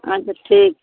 अच्छा ठीक